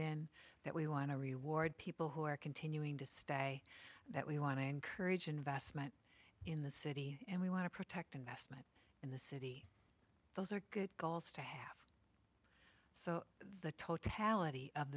in that we want to reward people who are continuing to stay that we want to encourage investment in the city and we want to protect investment in the city those are good goals to have so the totality of